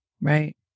Right